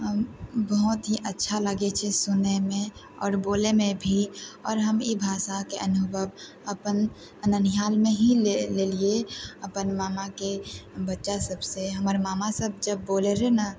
बहुत ही अच्छा लागै छै सुनैमे आओर बोलैमे भी आओर हम ई भाषाके अनुभव अप्पन ननिहालमे ही लेलिए अपन मामाके बच्चा सबसँ हमर मामा सब जब बोलै रहै ने